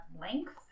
length